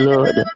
Lord